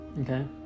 Okay